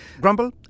Grumble